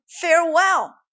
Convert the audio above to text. Farewell